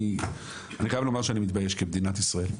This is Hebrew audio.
אני חייב לומר שאני מתבייש כמדינת ישראל.